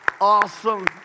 Awesome